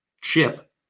Chip